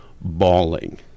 bawling